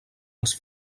als